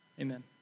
Amen